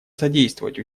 содействовать